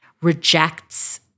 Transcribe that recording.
rejects